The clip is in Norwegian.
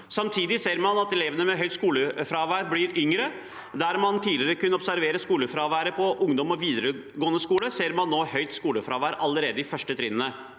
Samtidig ser man at elevene med høyt skolefravær blir yngre. Der man tidligere kunne observere skolefraværet på ungdomsskole og videregående skole, ser man nå høyt skolefravær allerede i de første trinnene.